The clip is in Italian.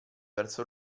verso